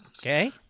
Okay